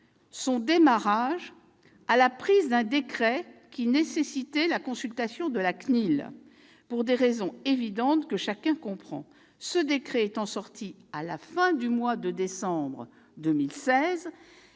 son démarrage à la prise d'un décret qui nécessitait la consultation de la CNIL, pour des raisons évidentes et que chacun comprend. Ce décret étant sorti à la fin du mois de décembre 2016,